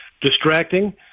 distracting